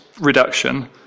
reduction